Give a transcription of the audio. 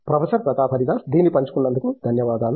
professor Pratap Haridas దీన్ని పంచుకున్నందుకు ధన్యవాదాలు